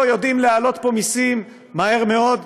יודעים להעלות פה מסים מהר מאוד,